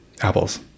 apples